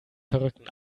verrückten